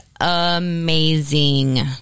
amazing